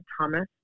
Thomas